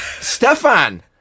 stefan